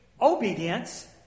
obedience